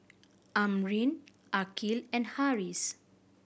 Amrin Aqil and Harris